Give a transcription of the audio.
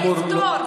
בלפתור,